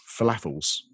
falafels